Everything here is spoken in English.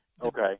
Okay